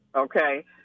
okay